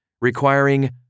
requiring